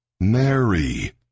Mary